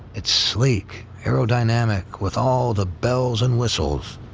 it's sleek, aerodynamic, with all the bells and whistles.